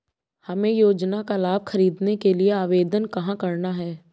हमें योजना का लाभ ख़रीदने के लिए आवेदन कहाँ करना है?